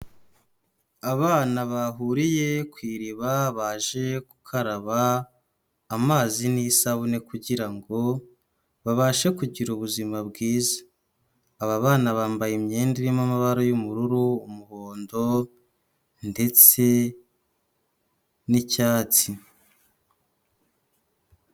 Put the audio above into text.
Abana bahuriye ku iriba, baje gukaraba amazi n'isabune, kugira ngo babashe kugira ubuzima bwiza. Aba bana bambaye imyenda irimo amabara y'ubururu, umuhondo, ndetse n'icyatsi.